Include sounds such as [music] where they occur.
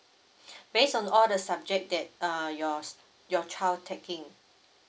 [breath] based on all the subject that uh yours your child taking